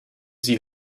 sie